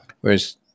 Whereas